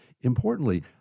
importantly